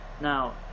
now